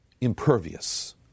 Impervious